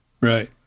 Right